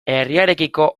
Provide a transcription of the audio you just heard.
herriarekiko